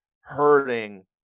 hurting